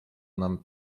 nam